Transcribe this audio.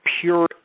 pure